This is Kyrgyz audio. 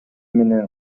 менен